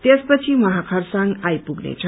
त्यसपछि उहाँ खरसाङ आइपुग्ने छन्